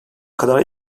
kadar